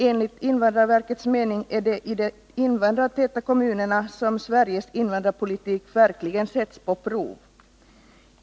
Enligt invandrarverkets mening är det i de invandrartäta kommunerna som Sveriges invandrarpolitik verkligen sätts på prov.